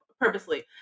purposely